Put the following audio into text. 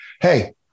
hey